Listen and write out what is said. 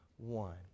One